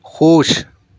خوش